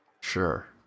Sure